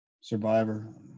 survivor